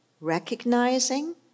Recognizing